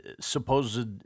supposed